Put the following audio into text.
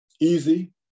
Easy